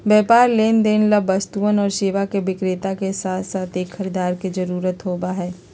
व्यापार लेनदेन ला वस्तुअन और सेवा के विक्रेता के साथसाथ एक खरीदार के जरूरत होबा हई